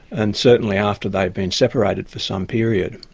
and certainly after they've been separated for some period.